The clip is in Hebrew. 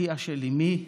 אחיה של אימי,